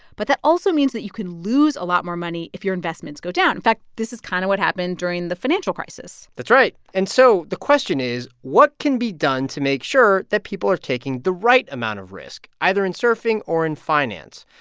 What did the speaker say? but that also means that you can lose a lot more money if your investments go down. in fact, this is kind of what happened during the financial crisis that's right. and so the question is, what can be done to make sure that people are taking the right amount of risk, either in surfing or in finance?